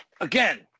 again